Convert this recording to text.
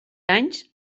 anys